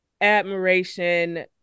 admiration